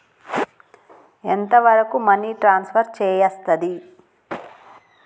ఎంత వరకు money transfer చేయస్తది?